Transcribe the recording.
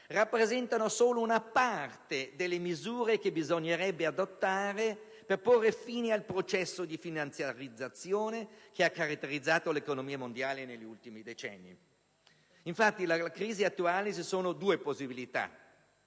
- soltanto una parte delle misure che bisognerebbe adottare per porre fine al processo di finanziarizzazione che ha caratterizzato l'economia mondiale negli ultimi decenni. Infatti, di fronte alla crisi attuale, ci sono due possibilità: